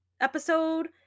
episode